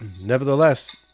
nevertheless